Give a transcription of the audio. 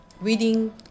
Reading